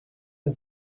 can